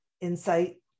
insight